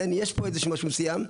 כן יש איזה שהוא משהו מסוים,